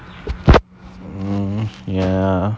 ya